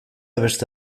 beste